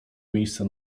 miejsce